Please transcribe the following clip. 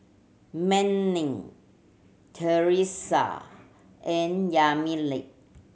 Manning Theresa and Yamilet